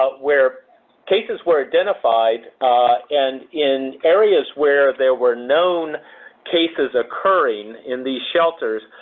ah where cases were identified and in areas where there were known cases occurring in these shelters,